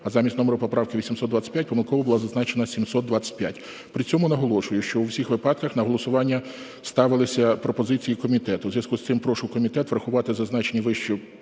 а замість номеру поправки 825 помилково було зазначено 725. При цьому наголошую, що у всіх випадках на голосування ставилися пропозиції комітету. У зв'язку з цим прошу комітет врахувати зазначені вище